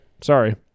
Sorry